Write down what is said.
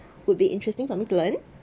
would be interesting for me to learn